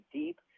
deep